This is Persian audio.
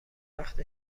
وقت